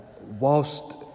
whilst